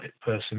person